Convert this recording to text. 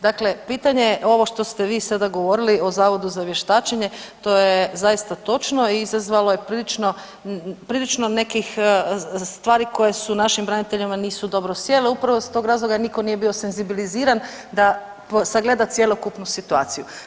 Dakle, pitanje ovo što ste vi sada govorili o Zavodu za vještačenje, to je zaista točno i izazvalo je prilično nekih stvari koje su našim braniteljima nisu dobro sjele, upravo iz tog razloga jer nitko nije bio senzibiliziran da sagleda cjelokupnu situaciju.